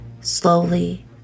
Slowly